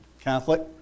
Catholic